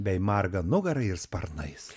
bei marga nugara ir sparnais